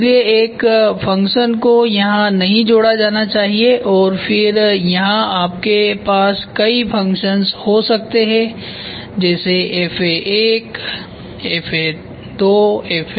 इसलिए एक फ़ंक्शन को यहां नहीं जोड़ा जाना चाहिए और फिर यहां आपके पास कई फंक्शन्स हो सकते हैं जैसे FA1 FA2 FA3